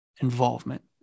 involvement